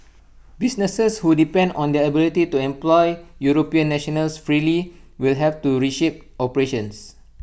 businesses who depend on their ability to employ european nationals freely will have to reshape operations